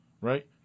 right